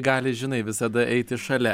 gali žinai visada eiti šalia